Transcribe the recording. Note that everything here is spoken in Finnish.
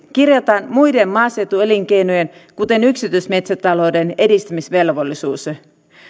kirjataan muiden maaseutuelinkeinojen kuten yksityismetsätalouden edistämisvelvollisuus